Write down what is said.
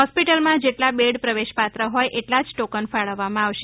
હોસ્પિટલમાં જેટલા બેડ પ્રવેશ પાત્ર હોય એટલા જ ટોકન ફાળવવામાં આવશે